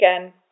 again